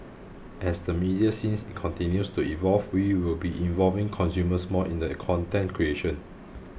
as the media scenes continues to evolve we will be involving consumers more in the content creation